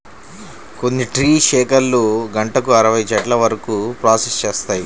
కొన్ని ట్రీ షేకర్లు గంటకు అరవై చెట్ల వరకు ప్రాసెస్ చేస్తాయి